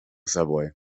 subway